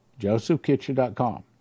Josephkitchen.com